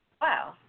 Wow